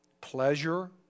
pleasure